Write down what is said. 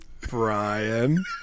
brian